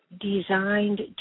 designed